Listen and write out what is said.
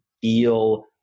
feel